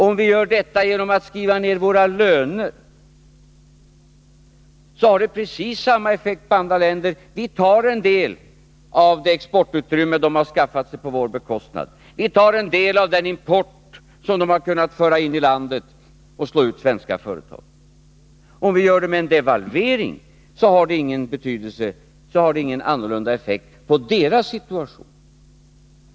Om vi gör det genom att skriva ned våra löner, får det precis samma effekt på andra länder — vi tar en del av det exportutrymme dessa länder skaffat sig på vår bekostnad, och vi tar en del av den import som de har kunnat föra in i landet och slå ut svenska företag. Om vi gör det med en devalvering, har det ingen annan effekt på deras situation.